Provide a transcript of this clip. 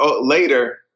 later